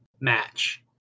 match